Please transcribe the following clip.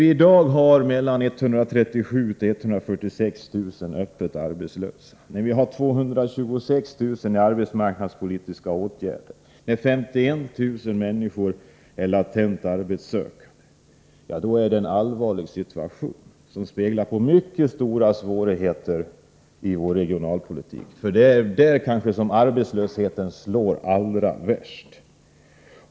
Vi har i dag 137 000 till 146 000 öppet arbetslösa, vi har 226 000 i arbetsmarknadspolitiska åtgärder, och 51 000 människor är latent arbetssökande. Det är en allvarlig situation, som speglar mycket stora svårigheter i vår regionalpolitik — det är kanske där arbetslösheten slår allra värst.